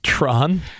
Tron